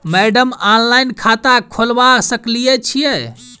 Madam online खाता खोलबा सकलिये छीयै?